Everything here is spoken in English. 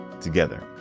together